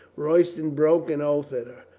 royston broke an oath at her.